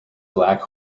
black